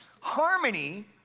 Harmony